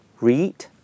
Read